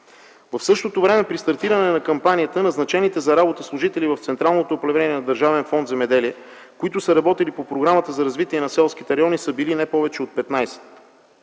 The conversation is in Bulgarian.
В същото време при стартиране на кампанията назначените на работа служители в Централното управление на Държавен фонд „Земеделие”, които са работили по Програмата за развитие на селските райони, са били не повече от 15,